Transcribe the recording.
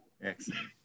excellent